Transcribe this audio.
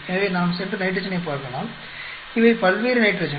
எனவே நாம் சென்று நைட்ரஜனைப் பார்க்கலாம் இவை பல்வேறு நைட்ரஜன்